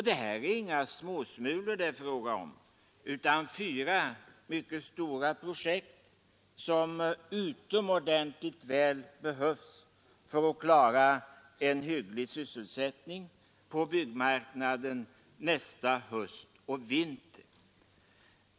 Det är inga småsmulor det är fråga om, utan det gäller fyra mycket stora projekt som utomordentligt väl behövs för att klara en hygglig sysselsättning på byggmarknaden nästa höst och vinter.